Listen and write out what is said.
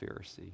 Pharisee